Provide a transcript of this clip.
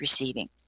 receiving